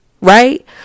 Right